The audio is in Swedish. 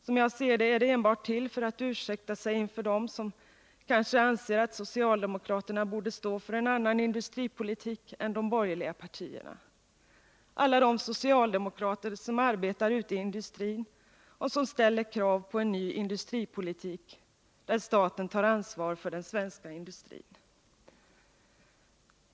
Som jag ser det, är det enbart till för att ursäkta sig inför dem som kanske anser att socialdemokraterna borde stå för en annan industripolitik än de borgerliga partierna, alla de socialdemokrater som arbetar ute i industrin och som ställer krav på en ny industripolitik, där staten tar ansvar för den svenska industrin.